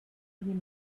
him